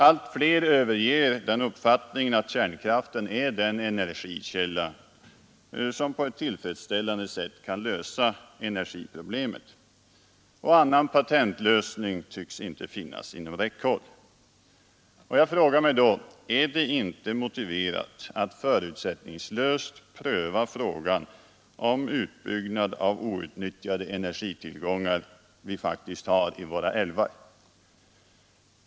Allt fler överger uppfattningen att kärnkraften är den energikälla som på ett tillfredsställande sätt kan lösa energiproblemet — och annan patentlösning tycks inte finnas inom räckhåll. Jag frågar mig då: Är det inte motiverat att förutsättningslöst pröva frågan om utbyggnad av de outnyttjade energitillgångar vi faktiskt har i våra älvar?